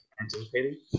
anticipating